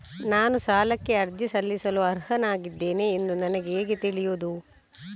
ನಾನು ಸಾಲಕ್ಕೆ ಅರ್ಜಿ ಸಲ್ಲಿಸಲು ಅರ್ಹನಾಗಿದ್ದೇನೆ ಎಂದು ನನಗೆ ಹೇಗೆ ತಿಳಿಯುದು?